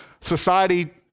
society